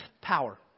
power